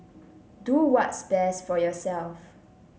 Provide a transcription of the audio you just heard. do what's best for yourself